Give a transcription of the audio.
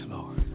Lord